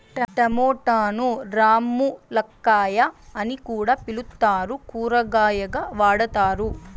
టమోటాను రామ్ములక్కాయ అని కూడా పిలుత్తారు, కూరగాయగా వాడతారు